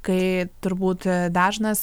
kai turbūt dažnas